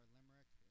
Limerick